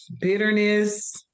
bitterness